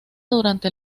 durante